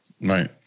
Right